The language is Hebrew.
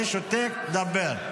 אני שותק, דבר.